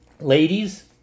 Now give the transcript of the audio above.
ladies